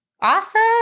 Awesome